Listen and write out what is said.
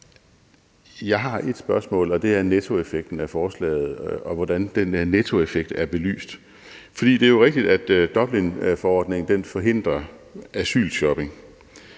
Jeg har et spørgsmål, og det handler om nettoeffekten af forslaget, og hvordan den nettoeffekt er belyst. For det er jo rigtigt, at Dublinforordningen forhindrer asylshopping,